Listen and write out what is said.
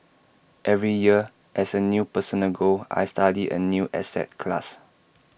every year as A personal goal I study A new asset class